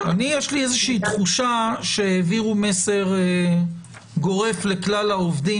יש לי איזושהי תחושה שהעבירו מסר גורף לכלל העובדים